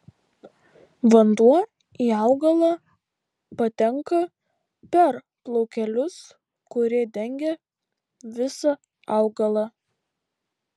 vanduo į augalą patenka per plaukelius kurie dengia visą augalą